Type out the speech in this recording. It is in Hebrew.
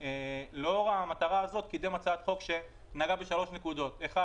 ולאור המטרה הזו קידם הצעת חוק שנגעה בשלוש נקודות: האחת,